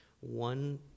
one